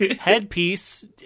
headpiece